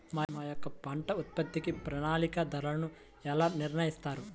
మా యొక్క పంట ఉత్పత్తికి ప్రామాణిక ధరలను ఎలా నిర్ణయిస్తారు?